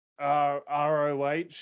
ROH